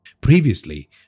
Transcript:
Previously